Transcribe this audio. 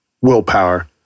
willpower